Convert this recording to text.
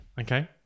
Okay